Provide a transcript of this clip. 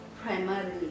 primarily